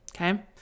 Okay